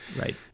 Right